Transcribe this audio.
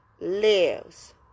lives